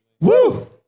Woo